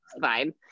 fine